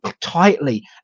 tightly